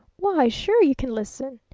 why, sure you can listen!